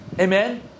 Amen